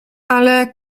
ale